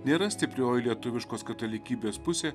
nėra stiprioji lietuviškos katalikybės pusė